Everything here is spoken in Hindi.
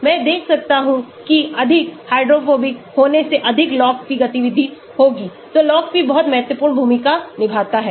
मैं देख सकता हूं कि अधिक हाइड्रोफोबिक होने से अधिक log p गतिविधि होगीतो log p बहुत महत्वपूर्ण भूमिका निभाता है